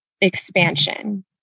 expansion